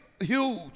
huge